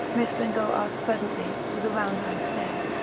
miss bengough asked presently, with a round-eyed stare.